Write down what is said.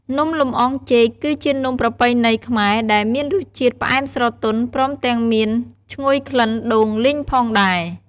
នំលម្អងចេក គឺជានំប្រពៃណីខ្មែរដែលមានរសជាតិផ្អែមស្រទន់ ព្រមទាំងមានឈ្ងុយក្លិនដូងលីងផងដែរ។